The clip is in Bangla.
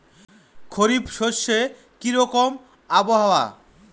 খরিফ শস্যে কি রকম আবহাওয়ার?